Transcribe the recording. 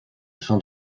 fin